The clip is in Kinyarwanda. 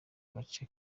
gace